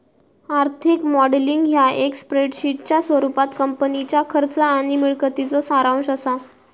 आर्थिक मॉडेलिंग ह्या एक स्प्रेडशीटच्या स्वरूपात कंपनीच्या खर्च आणि मिळकतीचो सारांश असा